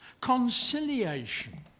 conciliation